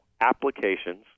applications